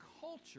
culture